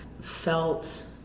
felt